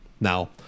Now